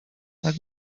tak